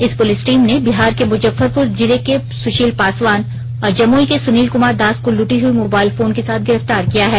इस police team ने बिहार के मुजफ्फरपुर जिले के सुशील पासवान और जमुई के सुनील कुमार दास को लूटी हुई मोबाइल फोन के साथ गिरफ्तार किया है